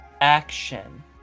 action